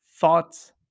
thoughts